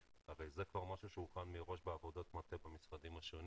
זה כבר משהו שהוכן מראש בעבודת מטה במשרדים השונים.